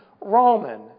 Roman